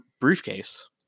briefcase